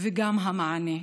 וגם המענה.